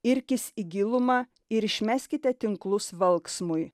irkis į gilumą ir išmeskite tinklus valksmui